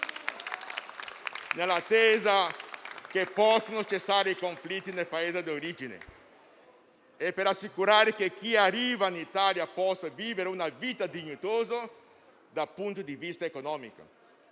nell'attesa che possano cessare i conflitti nel Paese di origine e per assicurare che chi arriva in Italia possa vivere una vita dignitosa dal punto di vista economico.